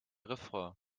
refrain